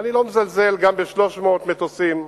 ואני לא מזלזל גם ב-300 מטוסים,